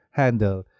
handle